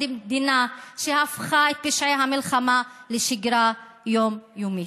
מדינה שהפכה את פשעי המלחמה לשגרה יומיומית.